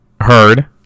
heard